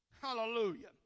Hallelujah